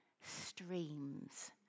streams